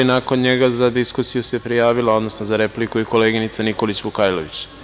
Nakon njega za diskusiju se prijavila, odnosno za repliku i koleginica Nikolić Vukajlović.